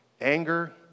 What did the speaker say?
Anger